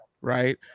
right